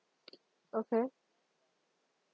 okay